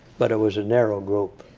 but it was a narrow group.